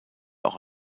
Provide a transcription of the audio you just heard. auch